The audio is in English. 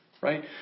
right